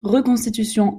reconstitution